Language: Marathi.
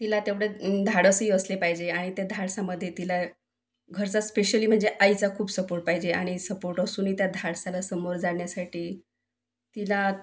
तिला तेवढं धाडसी असले पाहिजे आणि त्या धाडसामध्ये तिला घरचा स्पेशली म्हणजे आईचा खूप सपोर्ट पाहिजे आणि सपोर्ट असूनही त्या धाडसाला समोर जाण्यासाठी तिला